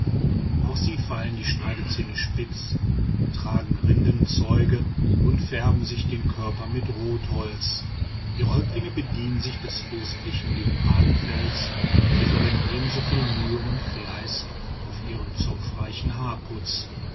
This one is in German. auch sie feilen die schneidezähne spitz tragen rindenzeuge und färben sich den körper mit rotholz ihre häuptlinge bedienen sich des fürstlichen leopardenfells sie verwenden ebensoviel mühe und fleiß auf ihren zopfreichen haarputz